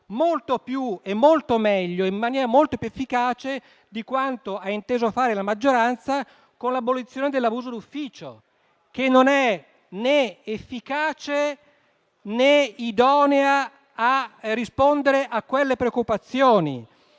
loro funzione. Lo si fa in maniera molto più efficace di quanto ha inteso fare la maggioranza con l'abolizione dell'abuso d'ufficio, che non è né efficace, né idonea a rispondere a quelle preoccupazioni.